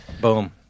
boom